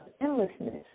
endlessness